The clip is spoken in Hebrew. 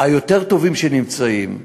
היותר-טובים שנמצאים.